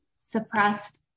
suppressed